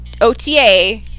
OTA